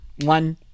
One